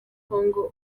congo